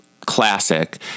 classic